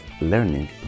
learning